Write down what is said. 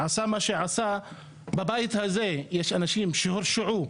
עשה מה שעשה, בבית הזה יש אנשים שהורשעו,